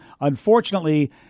Unfortunately